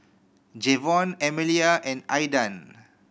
Jevon Emilia and Aydan